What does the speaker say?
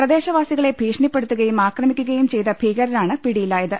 പ്രദേശവാസികളെ ഭീഷണിപ്പെടുത്തുകയും ആക്രമി ക്കുകയും ചെയ്ത ഭീകരരാണ് പിടിയിലായത്